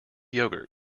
yogurt